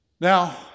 Now